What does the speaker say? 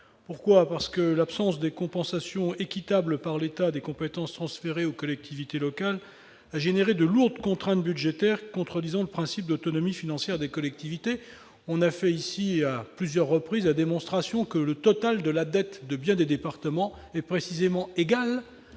» En effet, l'absence de compensation équitable par l'État des compétences transférées aux collectivités locales a entrainé de lourdes contraintes budgétaires, contredisant le principe d'autonomie financière des collectivités. On a apporté ici, à plusieurs reprises, la démonstration que le total de la dette de bien des départements était précisément égal